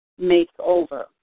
makeover